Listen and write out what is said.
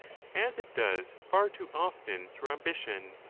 as it does far too often through ambition.